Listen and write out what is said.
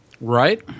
right